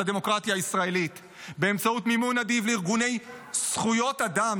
הדמוקרטיה הישראלית באמצעות מימון נדיב לארגוני זכויות אדם,